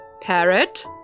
Parrot